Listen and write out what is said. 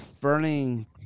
Burning